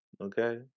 okay